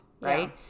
right